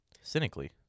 cynically